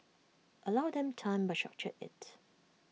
allow them time but structure IT